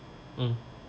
mm